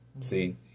See